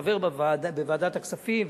חבר בוועדת הכספים,